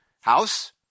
house